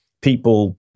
people